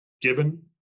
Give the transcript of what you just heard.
given